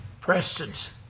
Preston's